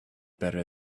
better